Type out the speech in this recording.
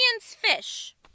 fish